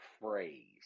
phrase